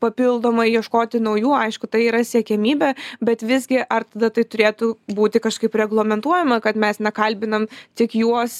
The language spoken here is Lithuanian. ir papildomai ieškoti naujų aišku tai yra siekiamybė bet visgi ar tada tai turėtų būti kažkaip reglamentuojama kad mes na kalbinam tik juos